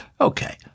Okay